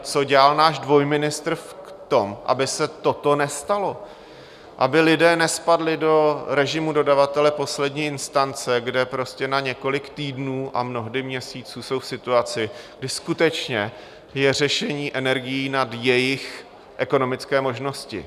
Co dělal náš dvojministr v tom, aby se toto nestalo, aby lidé nespadli do režimu dodavatele poslední instance, kde prostě na několik týdnů a mnohdy měsíců jsou v situaci, kdy skutečně je řešení energií nad jejich ekonomické možnosti?